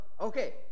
Okay